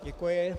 Děkuji.